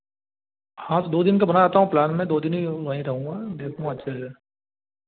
हाँ तो दो दिन का प्लान बना लेता हूँ मैं दो दिन वहीं रहूँगा देखूँगा अच्छे से